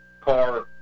car